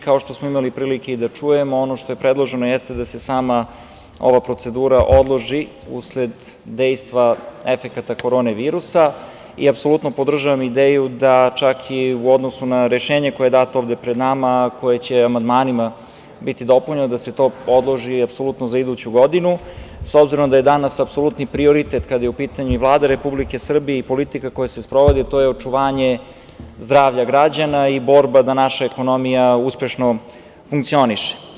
Kao što smo imali prilike da čujemo, ono što je predloženo jeste da se sama ova procedura odloži usled dejstva efekata korona virusa i apsolutno podržavam ideju da čak i u odnosu na rešenje koje je dato ovde pred nama, a koje će amandmanima biti dopunjeno da se to odloži apsolutno za iduću godinu s obzirom da je danas apsolutni prioritet, kada je u pitanju i Vlada Republike Srbije i politika koja se sprovodi, očuvanje zdravlja građana i borba da naša ekonomija uspešno funkcioniše.